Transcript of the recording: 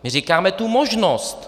My říkáme tu možnost.